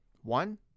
One